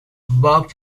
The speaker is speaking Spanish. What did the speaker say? bob